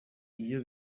iyo